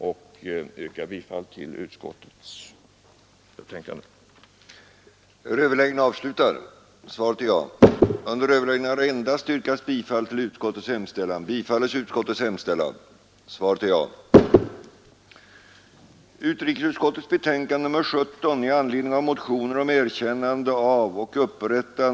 Jag yrkar bifall till utskottets förslag.